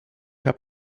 habe